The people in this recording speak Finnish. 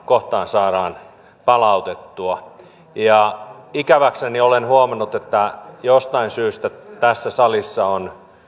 kohtaan saadaan palautettua ikäväkseni olen huomannut että jostain syystä tässä salissa on